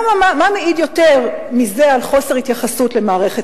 מה מעיד יותר מזה על חוסר התייחסות למערכת